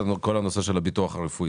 זה כל הנושא של הביטוח הרפואי,